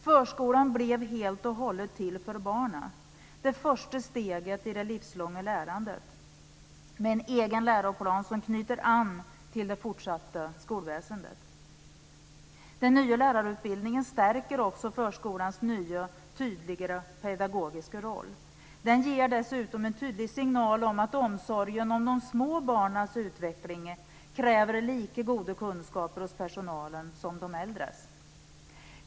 Förskolan blev helt och hållet till för barnen, det första steget i det livslånga lärandet, med en egen läroplan som knyter an till det fortsatta skolväsendet. Den nya lärarutbildningen stärker också förskolans nya, tydligare pedagogiska roll. Den ger dessutom en tydlig signal om att omsorgen om de små barnens utveckling kräver lika goda kunskaper hos personalen som de äldres.